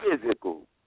Physical